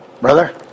Brother